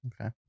okay